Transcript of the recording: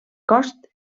cost